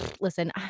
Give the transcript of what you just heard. listen